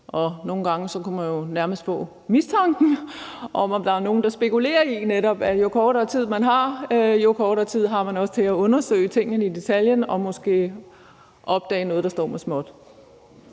nogle, der netop spekulerer i, at jo kortere tid man har, jo kortere tid har man også til at undersøge tingene i detaljen og måske opdage noget, der står med småt.